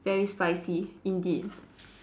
very spicy indeed